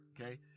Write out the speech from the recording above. Okay